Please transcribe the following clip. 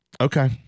Okay